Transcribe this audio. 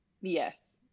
Yes